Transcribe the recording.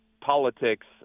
politics